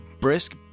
Brisk